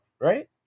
right